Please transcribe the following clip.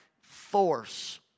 force